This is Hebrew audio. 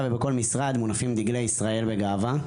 ובכל משרד מונפים דגלי ישראל בגאווה.